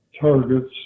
targets